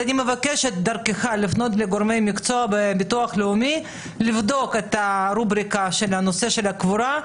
אני מבקשת דרכך לפנות לגורמי המקצוע בביטוח לאומי לבדוק את נושא הקבורה,